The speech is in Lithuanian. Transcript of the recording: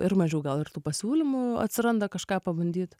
ir mažiau gal ir tų pasiūlymų atsiranda kažką pabandyt